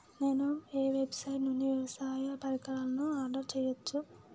నేను ఏ వెబ్సైట్ నుండి వ్యవసాయ పరికరాలను ఆర్డర్ చేయవచ్చు?